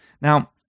Now